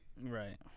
Right